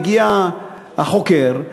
מגיע החוקר,